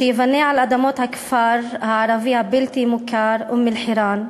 שייבנה על אדמות הכפר הערבי הבלתי-מוכר אום-אלחיראן,